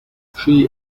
she